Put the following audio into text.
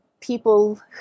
people